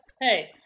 hey